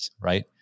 right